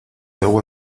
agua